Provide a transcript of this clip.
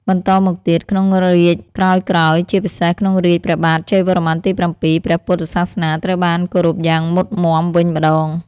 បន្តមកទៀត ក្នុងរាជ្យក្រោយៗ ជាពិសេសក្នុងរាជព្រះបាទជ័យវរ្ម័នទី៧ ព្រះពុទ្ធ សាសនាត្រូវបានគោរពយ៉ាងមុតមាំវិញម្តង។